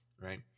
right